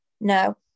No